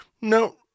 no